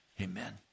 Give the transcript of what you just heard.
Amen